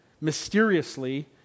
mysteriously